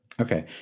Okay